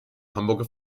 hamburger